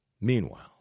meanwhile